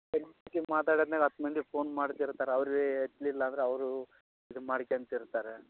ಮಾತಾಡಾದ್ಮೇಲೆ ಹತ್ತು ಮಂದಿ ಫೋನ್ ಮಾಡ್ತಿರ್ತಾರೆ ಅವ್ರು ಎತ್ಲಿಲಂದ್ರೆ ಅವರೂ ಇದು ಮಾಡಿಕ್ಯಂತ ಇರ್ತಾರೆ